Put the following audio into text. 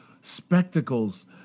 spectacles